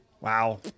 Wow